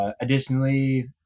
Additionally